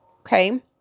Okay